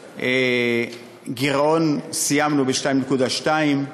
גירעון, סיימנו ב-2.2.